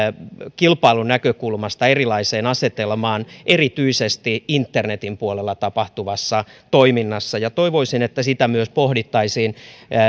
kilpailunäkökulmasta erilaiseen asetelmaan erityisesti internetin puolella tapahtuvassa toiminnassa toivoisin että myös sitä pohdittaisiin